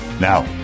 Now